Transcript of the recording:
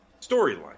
storyline